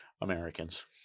Americans